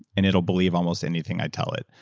and it'll believe almost anything i tell it.